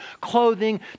clothing